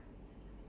mmhmm